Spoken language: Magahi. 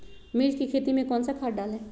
मिर्च की खेती में कौन सा खाद डालें?